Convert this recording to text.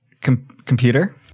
Computer